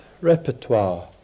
repertoire